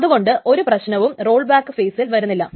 അതുകൊണ്ട് ഒരു പ്രശ്നവും റോൾ ബാക്ക് ഫെയിസിൽ വരുന്നില്ല